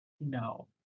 No